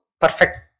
perfect